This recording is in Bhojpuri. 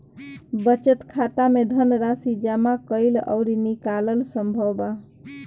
बचत खाता में धनराशि जामा कईल अउरी निकालल संभव बा